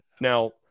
now